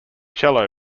cello